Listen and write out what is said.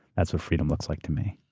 that's what freedom looks like to me.